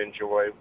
enjoy